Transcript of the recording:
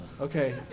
Okay